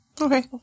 Okay